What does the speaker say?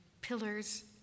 pillars